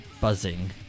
buzzing